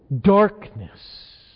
Darkness